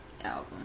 album